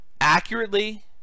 accurately